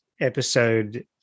episode